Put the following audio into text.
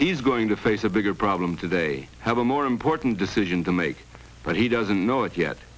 he's going to face a bigger problem today have a more important decision to make but he doesn't know it yet